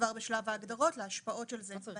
כבר בשלב ההגדרות ולהשפעות של זה בהמשך.